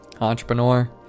Entrepreneur